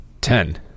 ten